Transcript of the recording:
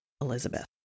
Elizabeth